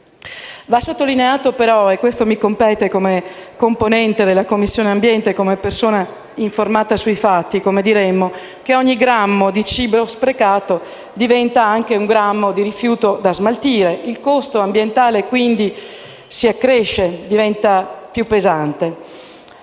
Va sottolineato - e questo mi compete come componente della Commissione ambiente e come persona informata sui fatti - che ogni grammo di cibo sprecato diventa anche un grammo di rifiuto da smaltire. Il costo ambientale, quindi, si accresce e diventa più pesante.